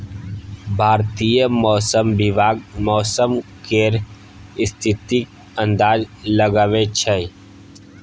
भारतीय मौसम विभाग मौसम केर स्थितिक अंदाज लगबै छै